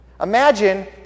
imagine